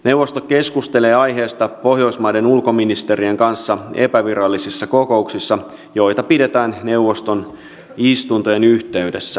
neuvosto keskustelee aiheesta pohjoismaiden ulkoministerien kanssa epävirallisissa kokouksissa joita pidetään neuvoston istuntojen yhteydessä